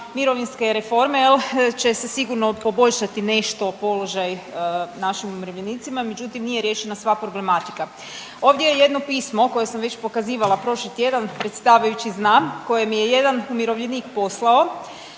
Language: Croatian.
mirovinske reforme će se sigurno poboljšati nešto položaj našim umirovljenicima, međutim nije riješena sva problematika. Ovdje je jedno pismo koje sam već pokazivala prošli tjedan predsjedavajući zna koji mi je jedan umirovljenik poslao,